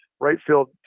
right-field